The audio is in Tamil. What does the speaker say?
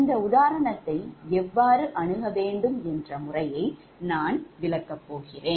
இந்த உதாரணத்தை எவ்வாறு அணுக வேண்டும் என்ற முறையை நான் விளக்கப் போகிறேன்